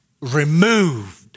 removed